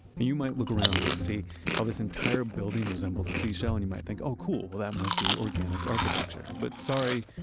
and you might look around and see how this entire building resembles a seashell, and you might think, oh, cool, well, that must be organic architecture. but sorry,